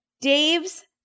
Dave's